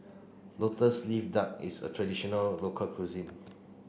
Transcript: lotus leaf duck is a traditional local cuisine